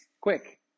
quick